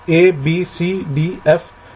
तो यह मूल रणनीति है